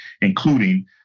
including